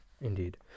Indeed